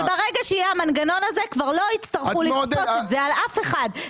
אבל ברגע שיהיה המנגנון הזה כבר לא יצטרכו לכפות את זה על אף אחד,